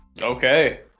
Okay